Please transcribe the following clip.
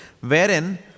wherein